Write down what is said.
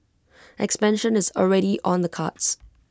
expansion is already on the cards